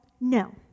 No